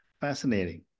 Fascinating